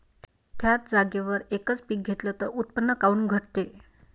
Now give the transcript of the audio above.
थ्याच जागेवर यकच पीक घेतलं त उत्पन्न काऊन घटते?